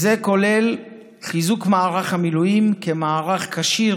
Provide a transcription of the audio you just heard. זה כולל חיזוק מערך המילואים כמערך כשיר,